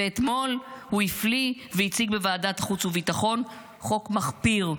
ואתמול הוא הפליא והציג בוועדת חוץ וביטחון חוק מחפיר,